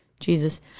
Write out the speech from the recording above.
Jesus